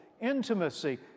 intimacy